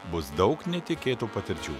bus daug netikėtų patirčių